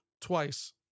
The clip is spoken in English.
twice